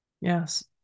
Yes